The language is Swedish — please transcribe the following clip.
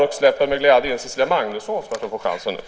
Jag släpper med glädje fram Cecilia Magnusson, som jag ser nu har kommit.